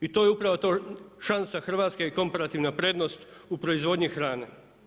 I to je upravo to šansa Hrvatske i komparativna prednost u proizvodnji hrane.